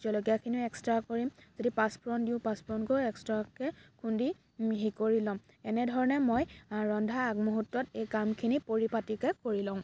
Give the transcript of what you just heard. জলকীয়াখিনিও extra কৰিম যদি পাঁচ ফোৰণ দিওঁ পাঁচপোৰণকো এক্সটাকৈ খুন্দি মিহি কৰি ল'ম এনেধৰণে মই ৰন্ধা আগমুৰ্হূতত এই কামখিনি পৰিপাটিকৈ কৰি লওঁ